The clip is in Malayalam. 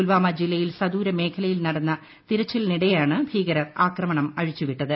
പുൽവാമ ജില്ലയിൽ സദൂര മേഖലയിൽ നടന്ന തിരച്ചിലിനിടെയാണ് ഭീകരർ ആക്രമണം അഴിച്ചുവിട്ടത്